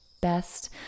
best